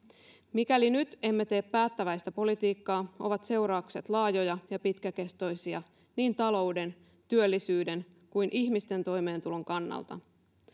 mikäli emme nyt tee päättäväistä politiikkaa ovat seuraukset laajoja ja pitkäkestoisia niin talouden työllisyyden kuin ihmisten toimeentulon kannalta